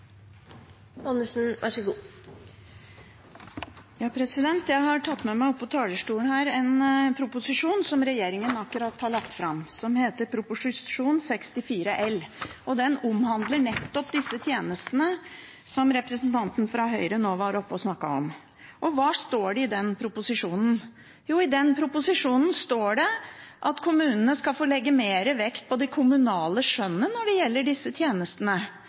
Jeg har tatt med meg på talerstolen en proposisjon som regjeringen akkurat har lagt fram, Prop. 64 L for 2016–2017. Den omhandler nettopp de tjenestene som representanten fra Høyre nå var oppe og snakket om. Og hva står det i den proposisjonen? Jo, i den proposisjonen står det at kommunene skal få legge mer vekt på det kommunale skjønnet når det gjelder disse tjenestene,